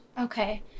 Okay